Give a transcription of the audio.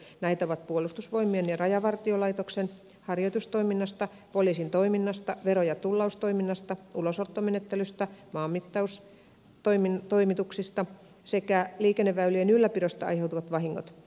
näitä ovat puolustusvoimien ja rajavartiolaitoksen harjoitustoiminnasta poliisin toiminnasta vero ja tullaustoiminnasta ulosottomenettelystä maanmittaustoimituksista sekä liikenneväylien ylläpidosta aiheutuvat vahingot